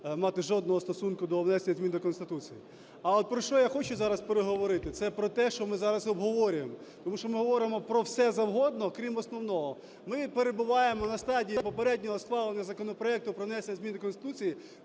мати жодного стосунку до внесення змін до Конституції. А от про що я хочу зараз переговорити, це про те, що ми зараз обговорюємо, тому що ми говоримо про все завгодно крім основного. Ми перебуваємо на стадії попереднього схвалення законопроекту про внесення змін до Конституції,